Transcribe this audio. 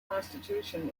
constitution